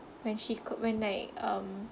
when she could when like um